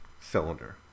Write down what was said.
cylinder